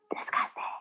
Disgusting